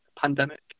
pandemic